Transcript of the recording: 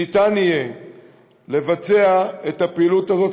שניתן יהיה לבצע את הפעילות הזאת,